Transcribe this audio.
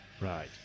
Right